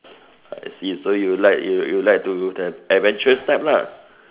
I see so you like you you like to have adventures type lah